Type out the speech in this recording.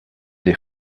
des